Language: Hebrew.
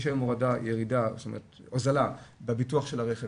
יש הוזלה בביטוח של הרכב,